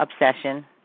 obsession